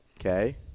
okay